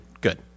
good